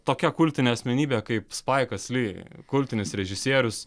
tokia kultinė asmenybė kaip spaikas ly kultinis režisierius